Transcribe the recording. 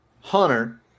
Hunter